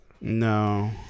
No